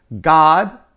God